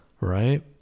right